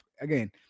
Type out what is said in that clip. Again